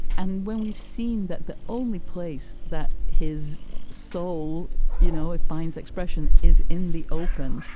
and when we've seen that the only place that his soul you know ah finds expression is in the open,